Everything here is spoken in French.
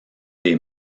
des